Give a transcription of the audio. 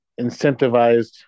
incentivized